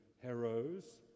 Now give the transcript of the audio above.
heroes